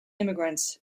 immigrants